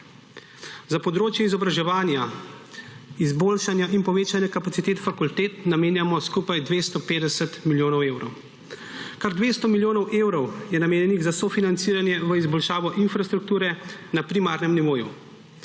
Za področje izobraževanja, izboljšanja in povečanja kapacitet fakultet namenjamo skupaj 250 milijonov evrov. Kar 200 milijonov evrov je namenjenih za sofinanciranje v izboljšavo infrastrukturne na primarnem nivoju.